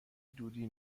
دودی